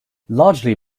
largely